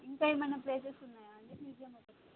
ఇంకా ఏమైనా ప్లేసెస్ ఉన్నాయా అండి మ్యూజియం ఒక్కటేనా